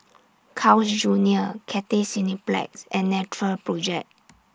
Carl's Junior Cathay Cineplex and Natural Project